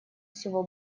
всего